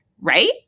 right